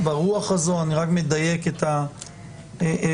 אני רק מדייק את העניין.